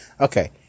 okay